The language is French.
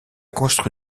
construit